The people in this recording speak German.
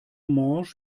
morsch